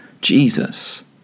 Jesus